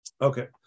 Okay